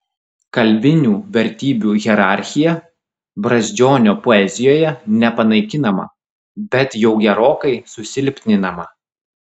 kalbinių vertybių hierarchija brazdžionio poezijoje nepanaikinama bet jau gerokai susilpninama